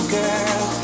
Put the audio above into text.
girl